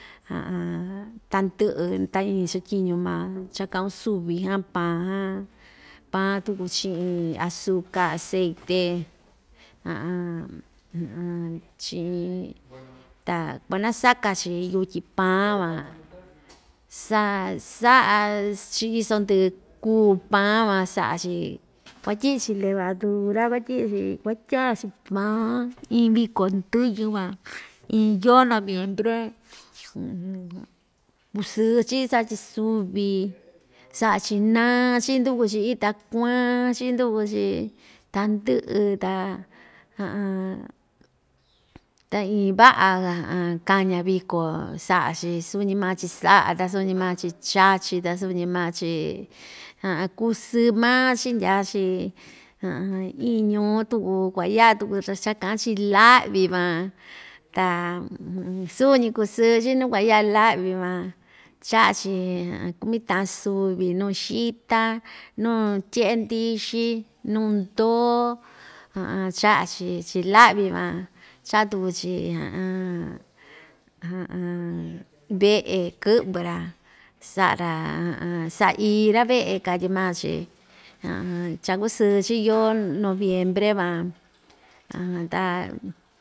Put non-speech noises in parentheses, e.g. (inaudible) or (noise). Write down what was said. (hesitation) tandɨꞌɨ ta iin chatyiñu maa cha kaꞌan‑yo suvi (hesitation) paan (hesitation) paan tuku chiꞌin azuca aceite (hesitation) chiꞌin ta kuanasaka‑chi yutyi paan va sa saꞌa‑chi iso ndɨꞌɨ kuu paa‑van saꞌa‑chi kuatyiꞌ‑chi levadura kuatyiꞌi‑chi kuatya‑chi paan iin vico ndɨyɨ van iin yoo noviempre (noise) kusɨɨ‑chi saꞌa‑chi suvi saꞌa‑chi naa‑chi nduku‑chi ita kuan‑chi nduku‑chi tandɨꞌɨ ta (hesitation) ta iin vaꞌa (hesitation) kaña viko saꞌa‑chi suu‑ñi maa‑chi saꞌa ta suu‑ñi maa‑chi chachi ta suu‑ñi maa‑chi (hesitation) kusɨɨ maa‑chi ndya‑chi (hesitation) iin ñuu tuku kuayaꞌa tuku cha kaꞌan‑chi laꞌvi van ta suñi kusɨɨ‑chi nuu kua‑yaꞌa laꞌvi van chaꞌa‑chi (hesitation) kumi taꞌan suvi nuu xita nuu tyeꞌe ndixi nuu ndoo chaꞌa‑chi chii laꞌvi van chaꞌa tuku‑chi (hesitation) (hesitation) veꞌe kɨꞌvɨ‑ra saꞌa‑ra (hesitation) saii‑ra veꞌe katyi maa‑chi (hesitation) cha kusɨɨ‑chi yoo noviempre van (hesitation) ta.